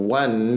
one